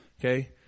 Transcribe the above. okay